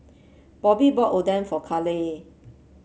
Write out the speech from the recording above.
Bobbye bought Oden for Caleigh